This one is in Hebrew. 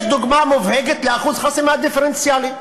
יש דוגמה מובהקת לאחוז חסימה דיפרנציאלי: